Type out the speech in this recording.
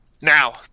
Now